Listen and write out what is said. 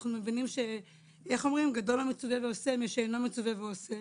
אנחנו מבינים ש-איך אומרים גדול המצווה ועושה משאינו מצווה ועושה.